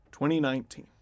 2019